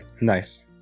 Nice